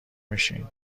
میشین